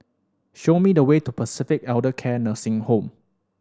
show me the way to Pacific Elder Care Nursing Home